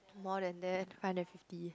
more than that five hundred and fifty